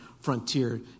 frontier